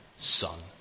son